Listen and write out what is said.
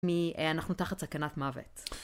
אנחנו תחת סכנת מוות